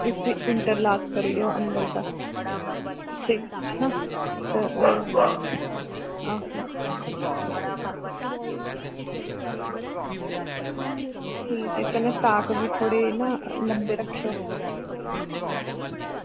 इसी इंट्रलाक करी ओड़ेओ अन्दर दा ते आहो ठीक ऐ ते कनैं ताक बी थोह्ड़े लंबे रक्खेओ